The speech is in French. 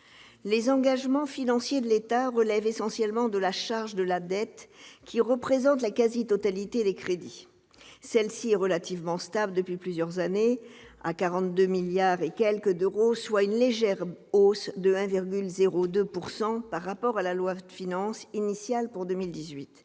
Les engagements financiers de l'État relèvent essentiellement de la charge de la dette, qui représente la quasi-totalité des crédits. Elle est relativement stable depuis plusieurs années, à un peu plus de 42 milliards d'euros, soit une légère hausse de 1,02 % par rapport à la loi de finances initiale pour 2018.